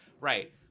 Right